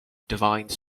divine